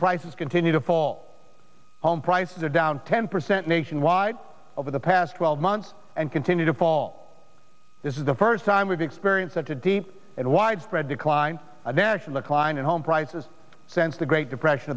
prices continue to fall home prices are down ten percent nationwide over the past twelve months and continue to fall this is the first time we've experienced such a deep and widespread decline in the cline and home prices since the great depression